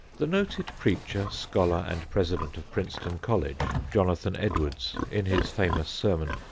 the noted preacher, scholar and president of princeton college, jonathan edwards, in his famous sermon,